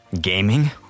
Gaming